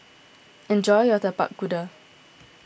enjoy your Tapak Kuda